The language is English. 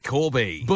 Corby